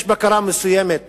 יש בקרה מסוימת